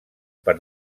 per